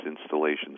installations